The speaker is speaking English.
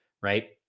right